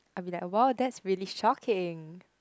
I'll be like !wow! that's really shocking